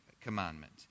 commandment